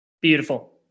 Beautiful